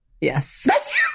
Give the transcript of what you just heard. yes